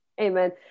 Amen